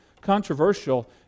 Controversial